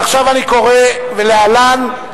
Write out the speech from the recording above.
ועכשיו אני קורא "להלן",